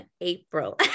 April